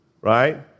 right